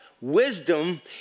wisdom